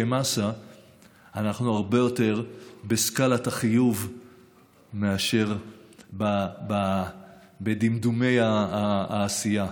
אנחנו הרבה יותר בסקאלת החיוב מאשר בדמדומי העשייה.